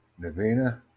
Navina